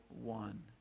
one